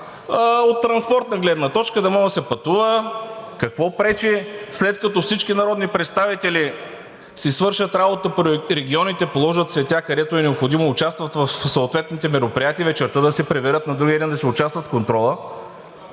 от транспортна гледна точка, за да може да се пътува. Какво пречи, след като всички народни представители си свършат работата по регионите, положат цветя, където е необходимо, участват в съответните мероприятия, вечерта да се приберат и на другия ден да си участват в контрола?